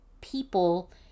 people